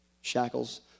Shackles